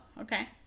okay